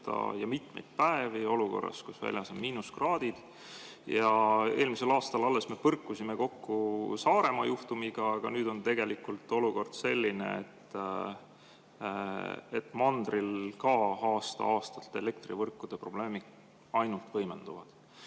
ja seda olukorras, kus väljas on miinuskraadid. Alles eelmisel aastal me põrkusime Saaremaa juhtumiga, aga nüüd on tegelikult olukord selline, et ka mandril aasta-aastalt elektrivõrkude probleemid ainult võimenduvad.